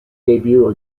debut